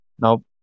Now